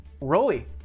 Rolly